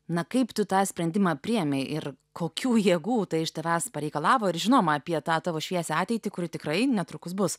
na kaip tu tą sprendimą priėmei ir kokių jėgų tai iš tavęs pareikalavo ir žinoma apie tą tavo šviesią ateitį kuri tikrai netrukus bus